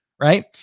Right